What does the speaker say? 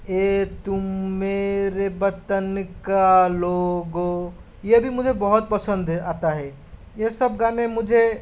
ऐ तुम मेरे वतन का लोगों यह भी मुझे बहुत पसंद है आता है यह सब गाने मुझे